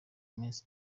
minsi